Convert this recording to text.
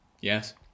Yes